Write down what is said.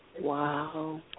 Wow